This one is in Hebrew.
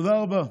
תודה רבה.